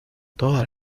toda